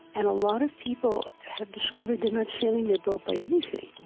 and a lot of people have discovered they're not sailing their boat by anything.